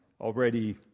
already